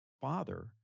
father